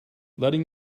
letting